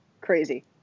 Crazy